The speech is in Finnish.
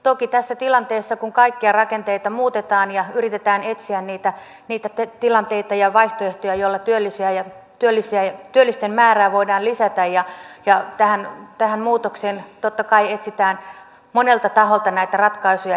toki tässä tilanteessa kun kaikkia rakenteita muutetaan ja yritetään etsiä niitä tilanteita ja vain testiä jolla työllisiä ja vaihtoehtoja joilla työllisten määrää voidaan lisätä tähän muutokseen totta kai etsitään monelta taholta näitä ratkaisuja